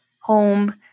home